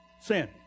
sin